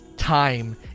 time